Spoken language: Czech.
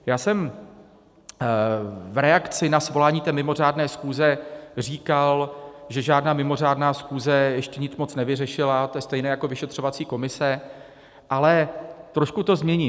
Já jsem v reakci na svolání mimořádné schůze říkal, že žádná mimořádná schůze ještě nic moc nevyřešila, to je stejné jako vyšetřovací komise, ale trošku to změním.